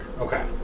Okay